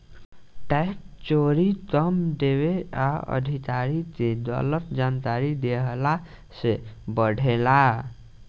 tax चोरी कम देवे आ अधिकारी के गलत जानकारी देहला से बढ़ेला